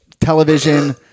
television